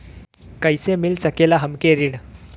कइसे मिल सकेला हमके ऋण?